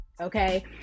Okay